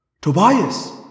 Tobias